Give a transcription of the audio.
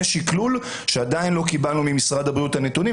שקלול כאשר עדיין לא קיבלנו ממשרד הבריאות את הנתונים.